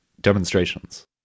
demonstrations